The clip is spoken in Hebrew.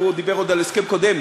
הוא דיבר עוד על הסכם קודם,